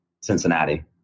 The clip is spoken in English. Cincinnati